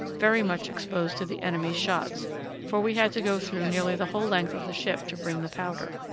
very much exposed to the enemy's shots for we had to go through nearly the whole length of the ship to bring the powder.